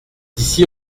d’ici